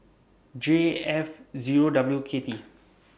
J F Zero W K T